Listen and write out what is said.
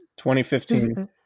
2015